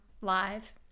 live